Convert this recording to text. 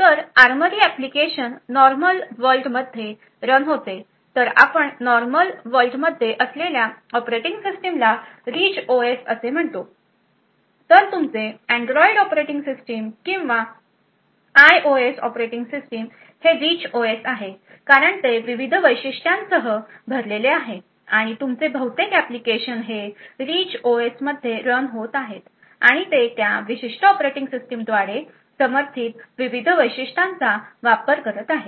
तर armoury application normal world मध्ये run होते तर आपण नॉर्मल वर्ल्ड मध्ये असलेल्या ऑपरेटिंग सिस्टीम ला रिच ओएस असे म्हणतो तर तुमचे अँड्रॉइड ऑपरेटिंग सिस्टीम किंवा आयओएस ऑपरेटींग सिस्टीम हे रिच ओएस आहे कारण ते विविध वैशिष्ट्यांसह भरलेले आहे आणि तुमचे बहुतेक ऍप्लिकेशन हे रिच ओएस मध्ये रन होत आहेत आणि ते त्या विशिष्ट ऑपरेटिंग सिस्टमद्वारे समर्थित विविध वैशिष्ट्यांचा वापर करत आहेत